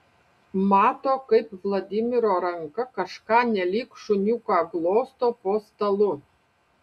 mato kaip vladimiro ranka kažką nelyg šuniuką glosto po stalu